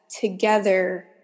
together